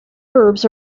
verbs